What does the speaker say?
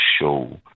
show